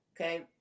Okay